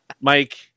Mike